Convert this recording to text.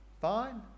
Fine